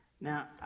Now